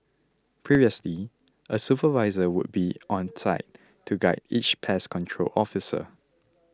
previously a supervisor would be on site to guide each pest control officer